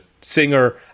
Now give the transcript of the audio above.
singer